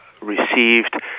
received